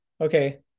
Okay